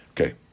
Okay